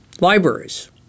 Libraries